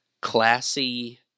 classy